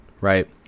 Right